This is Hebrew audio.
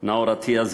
נאור אטיאס,